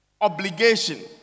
obligation